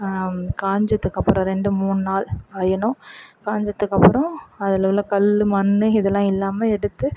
காய்ஞ்சதுக்கப்பறம் ரெண்டு மூணு நாள் காயணும் காய்ஞ்சத்துக்கப்பறம் அதில் உள்ள கல் மண் இதெல்லாம் இல்லாமல் எடுத்து